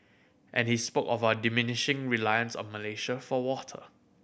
and he spoke of our diminishing reliance on Malaysia for water